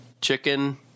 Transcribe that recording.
Chicken